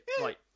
right